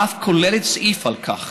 ואף כוללת סעיף על כך.